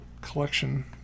collection